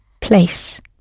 place